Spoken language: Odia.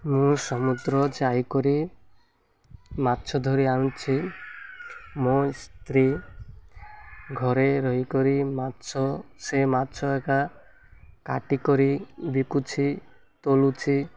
ମୁଁ ସମୁଦ୍ର ଯାଇ କରି ମାଛ ଧରି ଆଣୁଛି ମୋ ସ୍ତ୍ରୀ ଘରେ ରହି କରି ମାଛ ସେ ମାଛ ଏକା କାଟିି କରି ବିକୁଛି ତୋଲୁଛି